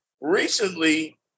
recently